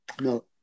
No